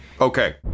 Okay